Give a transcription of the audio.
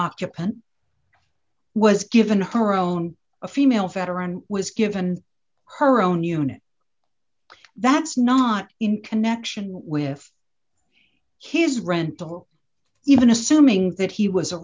occupant was given her own a female veteran was given her own unit that's not in connection with his rental even assuming that he was a